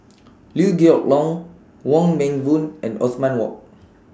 Liew Geok Leong Wong Meng Voon and Othman Wok